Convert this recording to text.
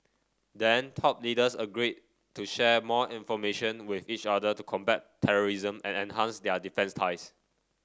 then top leaders agreed to share more information with each other to combat terrorism and enhance their defence ties